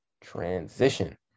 transition